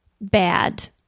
bad